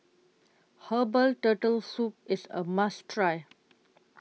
Herbal Turtle Soup IS A must Try